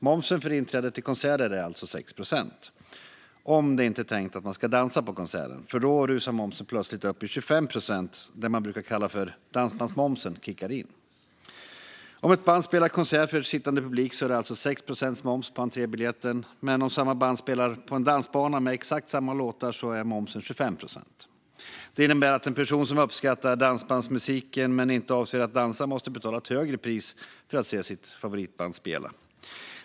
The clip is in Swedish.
Momsen för inträde till konserter är alltså 6 procent, om det inte är tänkt att man ska dansa på konserten, för då rusar momsen plötsligt upp till 25 procent när det man brukar kalla för dansbandsmomsen kickar in. Om ett band spelar konserter för sittande publik är det alltså 6 procent moms på entrébiljetten, men om samma band spelar på en dansbana med exakt samma låtar är momsen 25 procent. Detta innebär att en person som uppskattar dansbandsmusiken men inte avser att dansa måste betala ett högre pris för att se sitt favoritband spela.